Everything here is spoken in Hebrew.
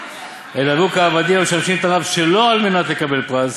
אלא הוו כעבדים המשמשין את הרב שלא על מנת לקבל פרס,